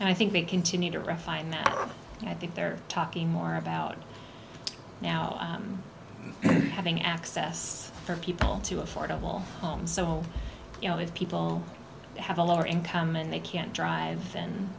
and i think they continue to refine that and i think they're talking more about now having access for people to affordable homes so you know if people have a lower income and they can't drive